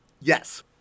Yes